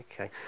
Okay